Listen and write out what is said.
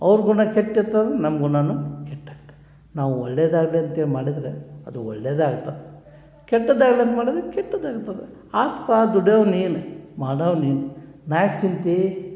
ಅವ್ರ ಗುಣ ಕೆಟ್ಟ ಇತ್ತು ಅಂದ್ರೆ ನಮ್ಮ ಗುಣವೂ ಕೆಟ್ಟಾತು ನಾವು ಒಳ್ಳೆಯದಾಗ್ಲಿ ಅಂಥೇಳಿ ಮಾಡಿದ್ರೆ ಅದು ಒಳ್ಳೆಯದೆ ಆಗುತ್ತೆ ಕೆಟ್ಟದು ಆಗಲಿ ಅಂತ ಮಾಡಿದ್ರು ಕೆಟ್ಟದೇ ಆಗ್ತದೆ ಆತ್ಪ ದುಡಿಯವ್ನು ನೀನು ಮಾಡವ್ನು ನೀನು ನಾನು ಯಾಕೆ ಚಿಂತೆ